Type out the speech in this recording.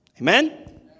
Amen